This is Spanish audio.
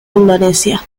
indonesia